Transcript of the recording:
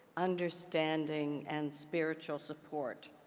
understanding, and spiritual support.